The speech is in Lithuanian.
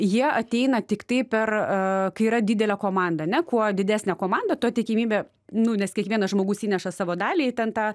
jie ateina tiktai per kai yra didelė komanda ane kuo didesnė komandą tuo tikimybė nu nes kiekvienas žmogus įneša savo dalį į ten tą